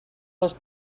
les